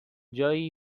جایی